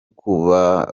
kubangamira